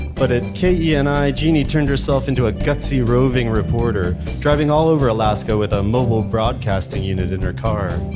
but at keni, yeah and genie turned herself into a gutsy roving reporter driving all over alaska with a mobile broadcasting unit in her car.